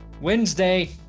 Wednesday